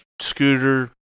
Scooter